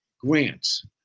grants